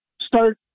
start